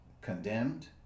condemned